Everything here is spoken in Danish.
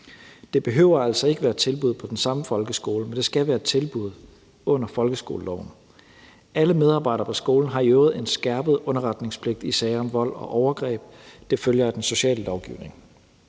Det behøver altså ikke at være tilbud på den samme folkeskole, men det skal være et tilbud under folkeskoleloven. Alle medarbejdere på skolen har i øvrigt en skærpet underretningspligt i sager om vold og overgreb; det følger af den sociale lovgivning.